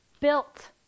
built